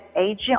agent